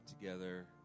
together